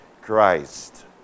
Christ